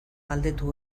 galdetu